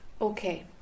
Okay